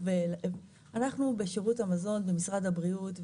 אנחנו בשירות המזון במשרד הבריאות,